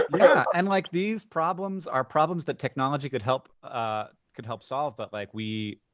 yeah. and like, these problems are problems that technology could help ah could help solve. but like, we,